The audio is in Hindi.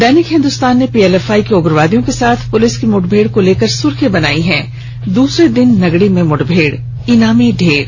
दैनिक हिंदुस्तान ने पीएलएफआई के उग्रवादियों के साथ पुलिस की मुठभेड़ को लेकर सुर्खी बनाई है दूसरे दिन नगड़ी में मुठभेड़ इनामी ढ़ेर